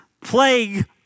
plague